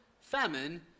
famine